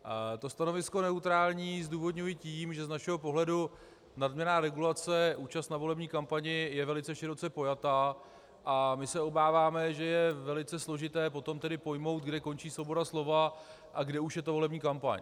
To stanovisko neutrální zdůvodňuji tím, že z našeho pohledu nadměrná regulace, účast na volební kampani je velice široce pojata, a my se obáváme, je velice složité pojmout, kde končí svoboda slova a kde už je to volební kampaň.